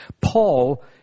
Paul